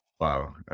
Wow